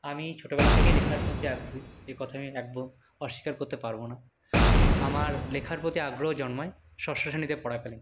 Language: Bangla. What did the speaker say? আমি ছোটোবেলা থেকেই লেখার প্রতি আগ্রহী এ কথা আমি একদম অস্বীকার করতে পারবো না আমার লেখার প্রতি আগ্রহ জন্মায় ষষ্ঠ শ্রেণীতে পড়াকালীন